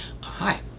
Hi